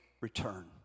return